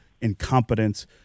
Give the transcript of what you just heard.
incompetence